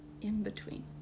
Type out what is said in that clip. in-between